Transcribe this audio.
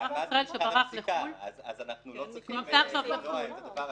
זה עמד במבחן הפסיקה אז אנחנו לא צריכים למנוע את הדבר הזה.